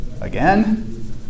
again